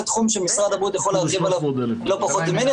תחום שמשרד הבריאות יכול להרחיב עליו לא פחות ממני,